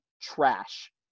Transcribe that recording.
trash